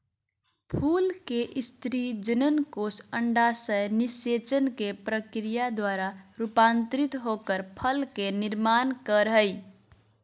फूल के स्त्री जननकोष अंडाशय निषेचन के प्रक्रिया द्वारा रूपांतरित होकर फल के निर्माण कर हई